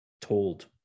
told